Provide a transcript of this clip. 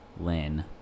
lynn